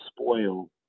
spoil